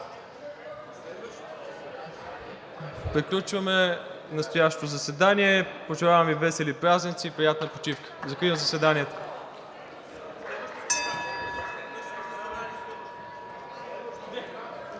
приключваме настоящото заседание. Пожелавам Ви весели празници и приятна почивка. Закривам заседанието.